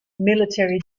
military